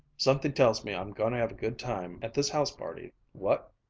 something tells me i'm goin' to have a good time at this house-party, what?